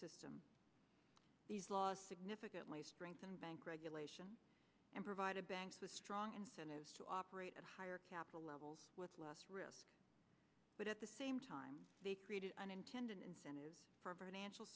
system these laws significantly strengthened bank regulation and provided banks with strong incentives to operate at higher capital levels with less risk but at the same time they created unintended incentives for an